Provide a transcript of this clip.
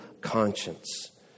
conscience